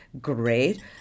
Great